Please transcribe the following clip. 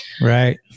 right